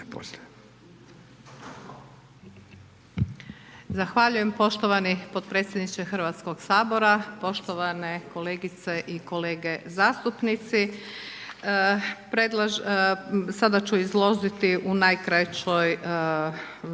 Zahvaljujem poštovani potpredsjedniče Hrvatskog sabora. Poštovane kolegice i kolege zastupnici. Sada ću izložiti u najkraćoj crtama